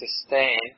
sustain